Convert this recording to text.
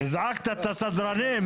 הזעקת את הסדרנים?